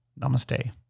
Namaste